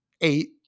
eight